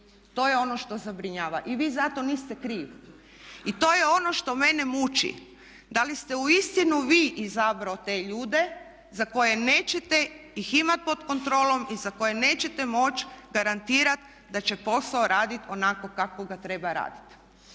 to je on što zabrinjava i vi za to niste kriv. I to je ono što mene muči. Da li ste uistinu vi izabrao te ljude za koje nećete ih imati pod kontrolom i za koje nećete moći garantirati da će posao raditi onako kako ga treba raditi.